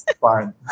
Fine